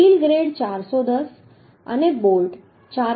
steel grade 410 અને bolt 4